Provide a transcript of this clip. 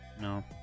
no